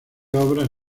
obras